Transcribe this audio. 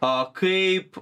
a kaip